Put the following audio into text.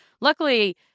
luckily